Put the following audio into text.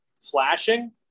flashing